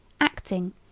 acting